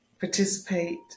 participate